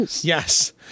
Yes